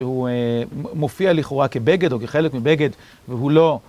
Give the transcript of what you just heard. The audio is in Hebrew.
הוא מופיע לכאורה כבגד, או כחלק מבגד, והוא לא.